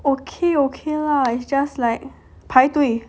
okay okay lah it's just like 排队